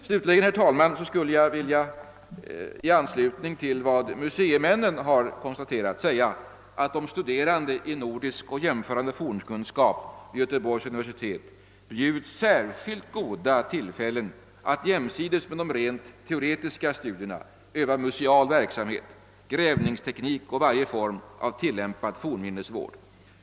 Slutligen, herr talman, skulle jag i anslutning till vad museimännen har konstaterat, vilja säga att de studerande i nordisk och jämförande fornkunskap vid Göteborgs universitet bjuds särskilt goda tillfällen att jämsides med de rent teoretiska studierna öva museal verksamhet, grävningsteknik och varje form av tillämpad fornminnesvård.